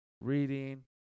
reading